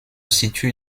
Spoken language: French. situe